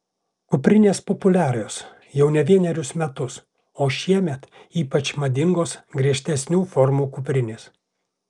kuprinės populiarios jau ne vienerius metus o šiemet ypač madingos griežtesnių formų kuprinės